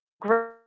great